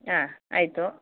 ಹಾಂ ಆಯಿತು